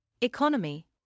economy